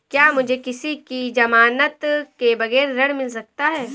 क्या मुझे किसी की ज़मानत के बगैर ऋण मिल सकता है?